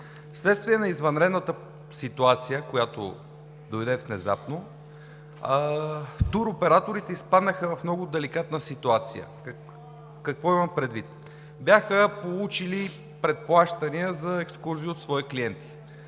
Вследствие на извънредната ситуация, която дойде внезапно, туроператорите изпаднаха в много деликатна ситуация. Какво имам предвид? Туроператорите бяха получили предплащания за екскурзии от свои клиенти.